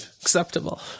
Acceptable